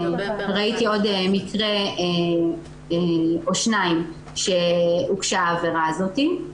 ראיתי עוד מקרה או שניים שהוגשה העבירה הזאת.